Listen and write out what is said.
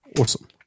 awesome